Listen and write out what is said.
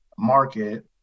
Market